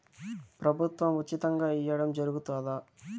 ప్రభుత్వం ఉచితంగా ఇయ్యడం జరుగుతాదా?